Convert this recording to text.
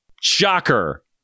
Shocker